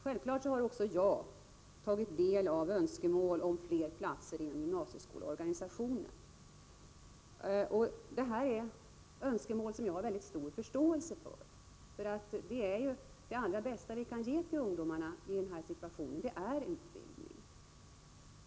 Självfallet har också jag tagit del av önskemål om fler platser inom gymnasieskolorganisationen. Det är önskemål som jag har mycket stor förståelse för, eftersom det allra bästa vi kan ge ungdomarna i den här situationen är utbildning.